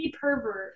Pervert